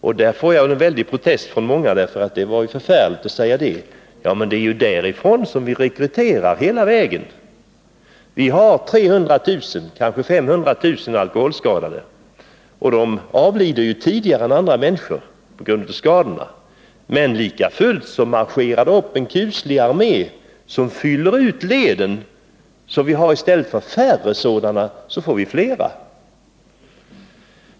Här protesterar säkerligen många; det är ju förfärligt att säga något sådant. Men det är från måttlighetssuparna som alkoholisterna rekryteras. Vi har 300 000 eller 500 000 alkoholskadade. De avlider ju tidigare än andra människor på grund av sina skador. Lika fullt marscherar det upp en kuslig armé som fyller ut leden. I stället för färre alkoholskadade får vi fler.